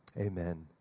Amen